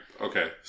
okay